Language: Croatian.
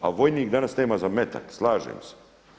A vojnik danas nema za metak, slažem se.